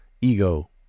ego